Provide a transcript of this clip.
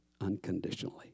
unconditionally